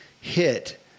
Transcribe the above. hit